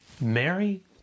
Mary